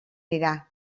dira